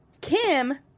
Kim